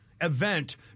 event